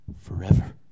forever